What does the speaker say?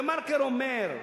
"דה-מרקר" אומר: